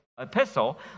epistle